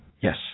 Yes